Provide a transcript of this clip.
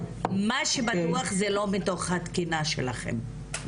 מה שבטוח הוא שזה לא מתוך התקינה שלכם,